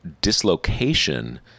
dislocation